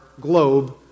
globe